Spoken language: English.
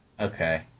Okay